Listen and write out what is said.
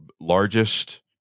largest